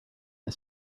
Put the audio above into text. are